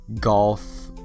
golf